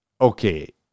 okay